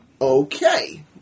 okay